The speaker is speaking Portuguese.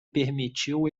permitiu